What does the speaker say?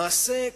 למעשה,